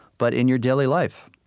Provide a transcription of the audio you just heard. but in your daily life,